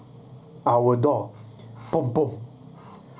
our door pom pom